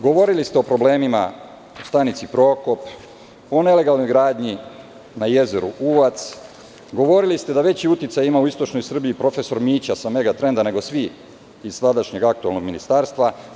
Govorili ste o problemima u stanici Prokop, o nelegalnoj gradnji na jezeru Uvac, govorili ste da veći uticaj ima u istočnoj Srbiji profesor Mića sa "Megatrenda" nego svi iz tadašnjeg aktuelnog ministarstva.